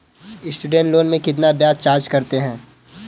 Student loan में कितना ब्याज चार्ज करते हैं?